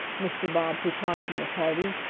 mr. bobbsey cautioned the party,